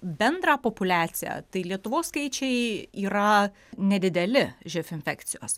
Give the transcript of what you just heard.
bendrą populiaciją tai lietuvos skaičiai yra nedideli živ infekcijos